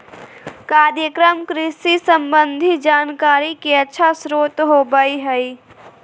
कार्यक्रम कृषि संबंधी जानकारी के अच्छा स्रोत होबय हइ